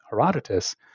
Herodotus